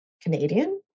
Canadian